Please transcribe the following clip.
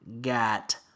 got